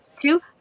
two